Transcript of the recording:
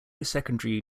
secondary